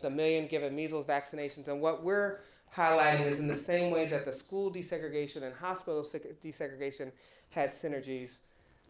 the million given measles vaccinations, and what we're highlighting is in the same way that the school desegregation and hospital desegregation has synergies